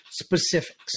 specifics